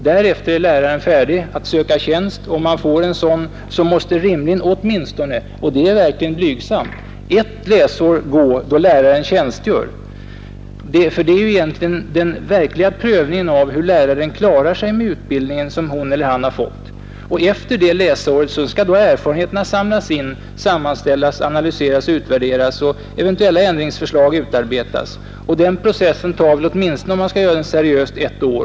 Därefter är läraren färdig att söka tjänst, och om han får en sådan måste rimligen åtminstone — och det är verkligen blygsamt — ett läsår gå då läraren tjänstgör. Det är ju egentligen den verkliga prövningen av hur läraren klarar sig med den utbildning som han eller hon har fått. Efter det läsåret skall erfarenheterna samlas in, sammanställas, analyseras och utvärderas och eventuella ändringsförslag utarbetas. Den processen tar väl åtminstone, om man skall göra den seriöst, ett år.